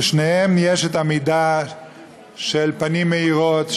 שלשניהם יש המידה של פנים מאירות,